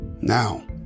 now